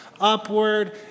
upward